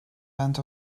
went